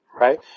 right